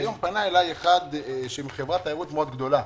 פנה אלי אחד מחברת תיירות מאוד גדולה.